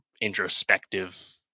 introspective